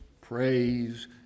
Praise